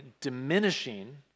diminishing